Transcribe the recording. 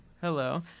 hello